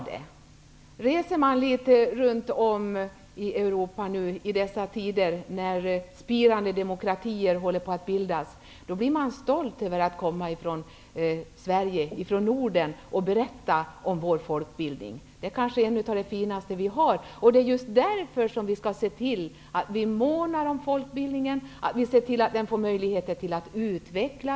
Den som reser runt litet i Europa i dessa tider med spirande demokratier känner stolthet över att komma från Sverige och Norden och över att kunna berätta om folkbildningen. Den är kanske något av det finaste vi har. Just därför skall vi måna om folkbildningen och se till att den får möjligheter att utvecklas.